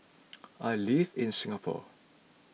I live in Singapore